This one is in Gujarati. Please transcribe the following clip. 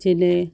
જેને